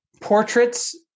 portraits